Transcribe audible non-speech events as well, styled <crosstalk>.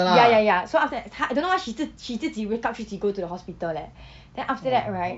ya ya ya so after 她 I don't know how she 自 she 自己 wake up 自己 go to the hospital leh <breath> then after that right